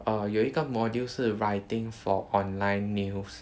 err 有一个 module 是 writing for online news